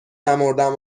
نمـردم